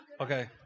Okay